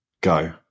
Go